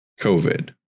COVID